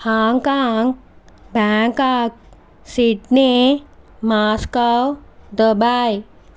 Hong Kong Bangkok Sydney Moscow Dubai